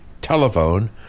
telephone